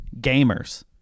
gamers